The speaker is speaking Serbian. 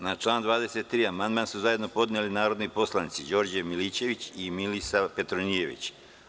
Na član 23. amandman su zajedno podneli narodni poslanici Đorđe Milićević i Milisav Petronijević.